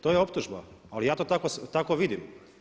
To je optužba, ali ja to tako vidim.